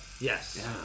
yes